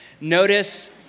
Notice